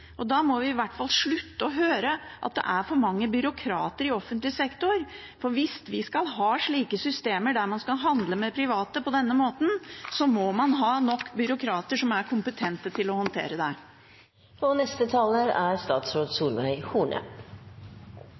til. Da må vi i hvert fall slutte å høre at det er for mange byråkrater i offentlig sektor. For hvis vi skal ha slike systemer der man skal handle med private på denne måten, må man ha nok byråkrater som er kompetente til å håndtere det. Jeg sto her og